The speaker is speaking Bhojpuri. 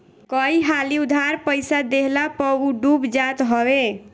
कई हाली उधार पईसा देहला पअ उ डूब जात हवे